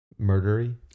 murdery